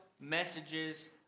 messages